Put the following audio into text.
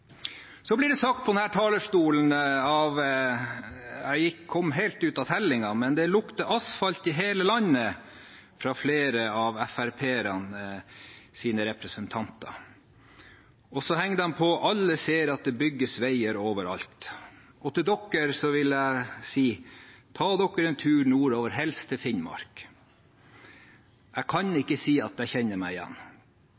sagt fra denne talerstolen av flere av Fremskrittspartiets representanter – jeg kom helt ut av tellingen – at det lukter asfalt i hele landet. De henger på at alle ser at det bygges veier overalt. Til dem vil jeg si: Ta en tur nordover, helst til Finnmark. Jeg kan ikke si at jeg kjenner meg igjen. Riktignok er vi i